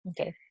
Okay